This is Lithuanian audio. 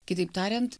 kitaip tariant